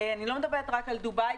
אני לא מדברת רק על דובאיי.